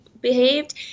behaved